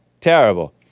Terrible